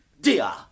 dear